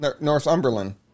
Northumberland